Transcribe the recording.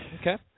Okay